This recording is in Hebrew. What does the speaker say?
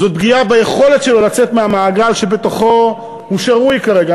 זאת פגיעה ביכולת שלו לצאת מהמעגל שבתוכו הוא שרוי כרגע.